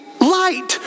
light